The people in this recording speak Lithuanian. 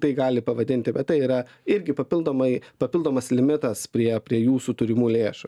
tai gali pavadinti bet tai yra irgi papildomai papildomas limitas prie prie jūsų turimų lėšų